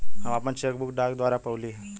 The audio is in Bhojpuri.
हम आपन चेक बुक डाक द्वारा पउली है